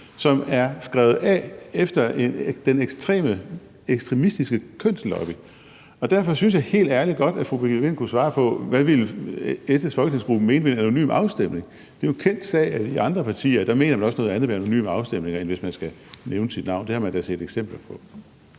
som er skrevet af efter noget fra den ekstremistiske kønslobby. Og derfor synes jeg helt ærligt godt, at fru Birgitte Vind kunne svare på: Hvad ville S's folketingsgruppe mene ved en anonym afstemning? Det er jo en kendt sag, at i andre partier mener vi også noget andet ved anonyme afstemninger, end hvis man skal nævne sit navn – det har man da set eksempler på.